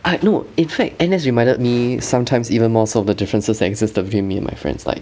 ah no in fact N_S reminded me sometimes even more so the differences that existed between me and my friends like